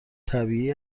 طبیعی